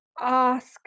ask